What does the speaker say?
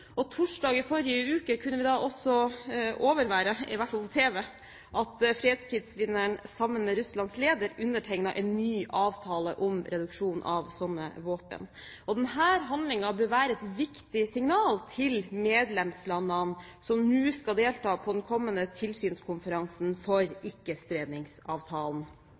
Torsdag i forrige uke kunne vi da også se, i hvert fall på tv, at fredsprisvinneren sammen med Russlands leder undertegnet en ny avtale om reduksjon av slike våpen. Denne handlingen bør være et viktig signal til medlemslandene som nå skal delta på den kommende tilsynskonferansen for